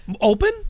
open